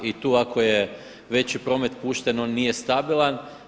I tu ako je veći promet pušten on nije stabilan.